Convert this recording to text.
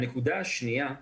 הנקודה השנייה היא